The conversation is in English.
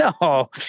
No